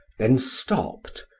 then stopped,